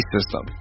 System